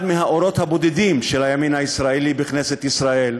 אחד מהאורות הבודדים של הימין הישראלי בכנסת ישראל,